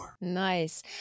Nice